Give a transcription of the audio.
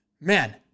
man